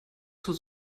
zur